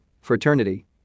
fraternity